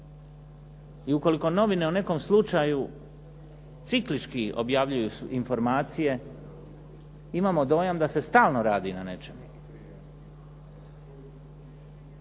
i ukoliko novine o nekom slučaju ciklički objavljuju informacije, imamo dojam da se stalno radi na nečemu.